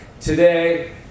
today